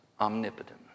omnipotent